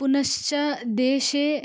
पुनश्च देशे